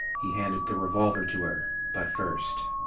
he handed the revolver to her, butt first.